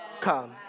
come